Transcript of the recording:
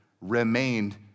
remained